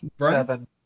Seven